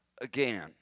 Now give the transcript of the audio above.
again